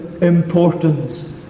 importance